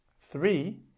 Three